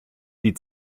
die